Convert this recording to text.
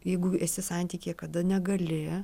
jeigu esi santykyje kada negali